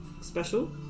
special